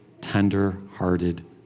tender-hearted